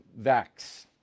vax